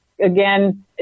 Again